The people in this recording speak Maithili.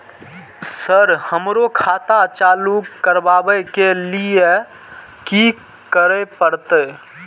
सर हमरो खाता चालू करबाबे के ली ये की करें परते?